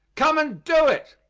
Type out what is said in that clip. come and do it!